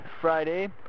Friday